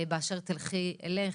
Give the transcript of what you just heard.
באשר תלכי אלך,